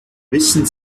wissen